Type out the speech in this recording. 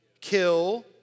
kill